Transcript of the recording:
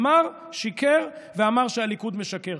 אמר, שיקר ואמר שהליכוד משקר.